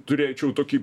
turėčiau tokį